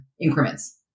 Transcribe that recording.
increments